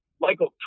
Michael